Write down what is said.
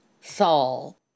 Saul